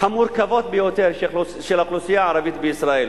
המורכבות ביותר של האוכלוסייה הערבית בישראל?